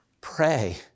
Pray